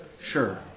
Sure